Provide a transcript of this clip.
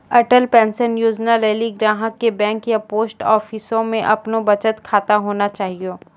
Atal pension योजना लेली ग्राहक के बैंक या पोस्ट आफिसमे अपनो बचत खाता होना चाहियो